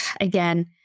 again